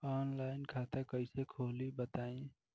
Online खाता कइसे खोली बताई?